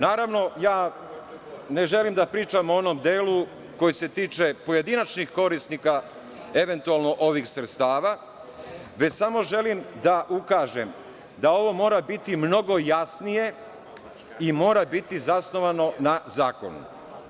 Naravno, ja ne želim da pričam o onom delu koji se tiče pojedinačnih korisnika, eventualno ovih sredstava, već samo želim da ukažem da ovo mora biti mnogo jasnije i mora biti zasnovano na zakonu.